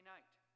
night